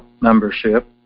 membership